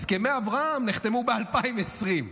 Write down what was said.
הסכמי אברהם נחתמו ב-2020.